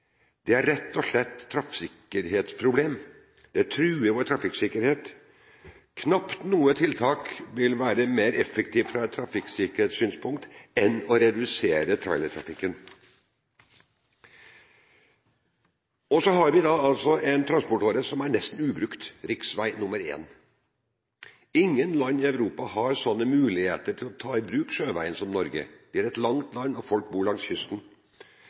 Det er rett og slett et trafikksikkerhetsproblem – det truer vår trafikksikkerhet. Knapt noe tiltak vil være mer effektivt ut fra et trafikksikkerhetssynspunkt enn å redusere trailertrafikken. Så har vi altså en transportåre som nesten er ubrukt – riksvei nr. 1. Ingen land i Europa har sånne muligheter til å ta i bruk sjøveien som det Norge har. Vi har et langt land, og folk bor langs kysten.